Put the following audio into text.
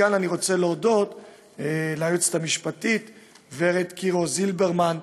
וכאן אני רוצה להודות ליועצת המשפטית ורד קירו זילברמן,